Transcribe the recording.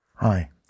Hi